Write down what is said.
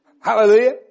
Hallelujah